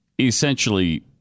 essentially